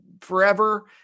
forever